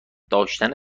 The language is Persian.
داشتن